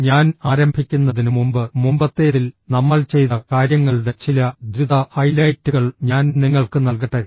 ഞാൻ ആരംഭിക്കുന്നതിന് മുമ്പ് മുമ്പത്തേതിൽ നമ്മൾ ചെയ്ത കാര്യങ്ങളുടെ ചില ദ്രുത ഹൈലൈറ്റുകൾ ഞാൻ നിങ്ങൾക്ക് നൽകട്ടെ